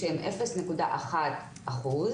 שהם אפס נקודה אחד אחוז,